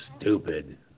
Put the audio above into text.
stupid